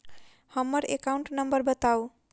हम्मर account number बताऊ?